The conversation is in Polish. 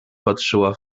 patrzyła